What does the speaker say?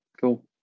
cool